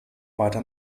weiter